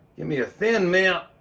gimme a thin mint!